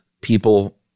people